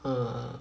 err